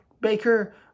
Baker